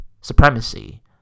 supremacy